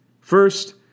First